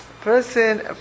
Person